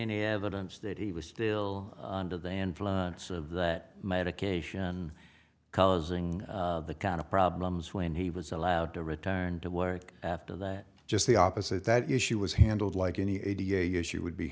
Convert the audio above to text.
any evidence that he was still under the influence of that medication causing the kind of problems when he was allowed to return to work after that just the opposite that issue was handled like any a da issue would be